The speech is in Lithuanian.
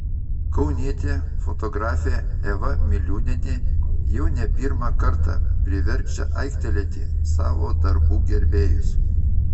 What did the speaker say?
kaunietė fotografė eva miliūnienė jau ne pirmą kartą priverčia aiktelėti savo darbų gerbėjus